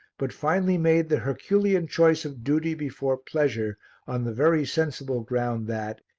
but finally made the herculean choice of duty before pleasure on the very sensible ground that,